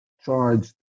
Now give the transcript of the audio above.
charged